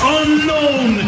unknown